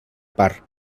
part